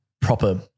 Proper